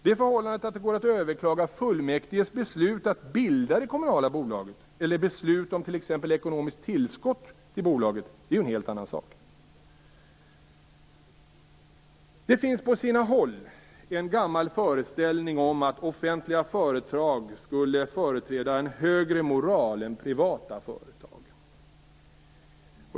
Det förhållandet att det går att överklaga fullmäktiges beslut att bilda det kommunala bolaget eller beslut om t.ex. ekonomiskt tillskott till bolaget är ju en helt annan sak. Det finns på sina håll en gammal föreställning om att offentliga företag skulle företräda en högre moral än privata företag.